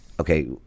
okay